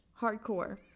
hardcore